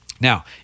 Now